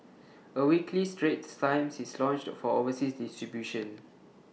A weekly straits times is launched for overseas distribution